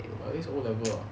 O-level ah